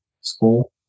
school